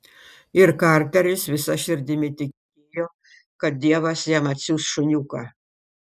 ir karteris visa širdimi tikėjo kad dievas jam atsiųs šuniuką